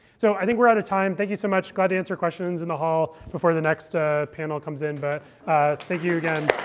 so i think we're out of time. thank you so much. glad to answer questions in the hall before the next panel comes in. but thank you again.